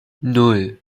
nan